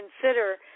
consider